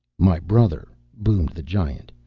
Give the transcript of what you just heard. my brother, boomed the giant,